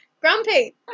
Grumpy